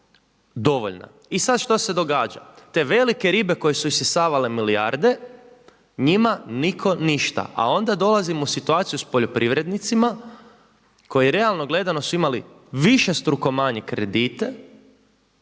I sad što se događa? Te velike ribe koje su isisavale milijarde njima nitko ništa, a onda dolazimo u situaciju s poljoprivrednicima koji realno gledano su imali višestrukom manje kredite